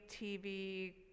TV